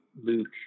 Luke